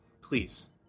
please